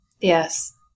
Yes